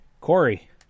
Corey